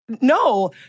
no